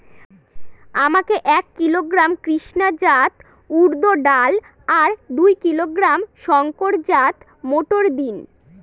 আমাকে এক কিলোগ্রাম কৃষ্ণা জাত উর্দ ডাল আর দু কিলোগ্রাম শঙ্কর জাত মোটর দিন?